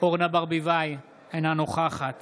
אורנה ברביבאי, אינה נוכחת